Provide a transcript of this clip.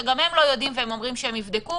שגם הם לא יודעים והם אומרים שהם יבדקו,